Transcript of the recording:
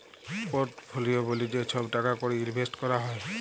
portfolio ব্যলে যে ছহব টাকা কড়ি ইলভেসট ক্যরা হ্যয়